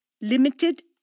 limited